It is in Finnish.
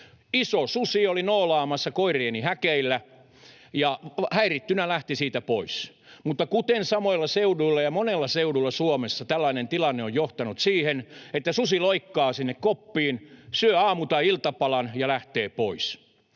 Iso susi oli noolaamassa koirieni häkeillä ja häirittynä lähti siitä pois, mutta samoilla seuduilla ja monella seudulla Suomessa tällainen tilanne on johtanut siihen, että susi loikkaa sinne koppiin, syö aamu- tai iltapalan ja lähtee pois.